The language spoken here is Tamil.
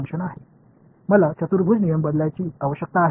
மாணவர் ஆம் இல்லை வேறு ஏதேனும் பதில்கள் உள்ளதா